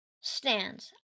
stands